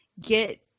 get